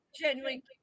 genuinely